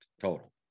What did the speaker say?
total